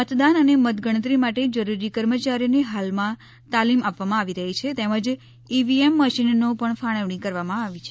મતદાન અને મતગણતરી માટે જરૂરી કર્મયારીઓને હાલમાં તાલીમ આપવામાં આવી રહી છે તેમ જ ઈવીએમ મશીનોની પણ ફાળવણી કરવામાં આવી છે